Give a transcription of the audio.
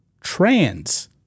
Trans